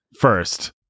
first